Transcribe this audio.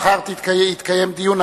מחר יתקיים דיון,